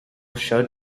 showed